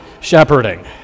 shepherding